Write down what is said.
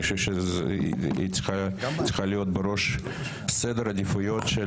אני חושב שהיא צריכה להיות בראש סדר העדיפויות גם